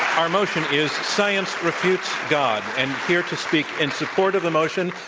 our motion is science refutes god, and here to speak in support of the motion,